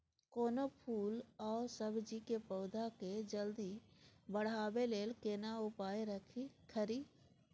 कोनो फूल आ सब्जी के पौधा के जल्दी बढ़ाबै लेल केना उपाय खरी?